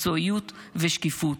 מקצועיות ושקיפות,